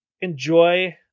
Enjoy